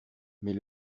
mais